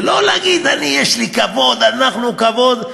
זה לא להגיד: אני, יש לי כבוד, אנחנו, כבוד.